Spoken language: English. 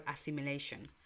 assimilation